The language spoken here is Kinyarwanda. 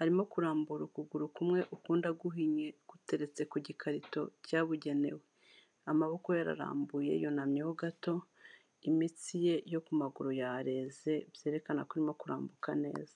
arimo kurambura ukuguru kumwe ukundi aguhinnye guteretse ku gikarito cyabugenewe, amaboko yararambuye yunamyeho gato, imitsi ye yo ku maguru yareze byerekana ko arimo kurambuka neza.